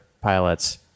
pilots